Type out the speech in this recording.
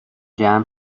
جمع